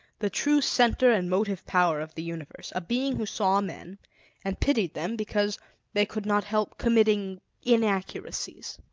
the true center and motive-power of the universe a being who saw men and pitied them because they could not help committing inaccuracies.